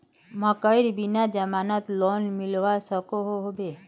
मकईर बिना जमानत लोन मिलवा सकोहो होबे?